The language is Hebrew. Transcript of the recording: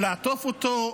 לעטוף אותו,